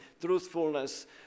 truthfulness